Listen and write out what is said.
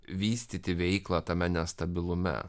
vystyti veiklą tame nestabilume